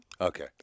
Okay